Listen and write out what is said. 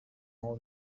all